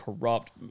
corrupt